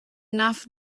enough